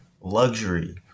luxury